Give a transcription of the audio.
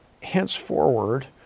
henceforward